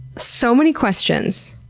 so many questions.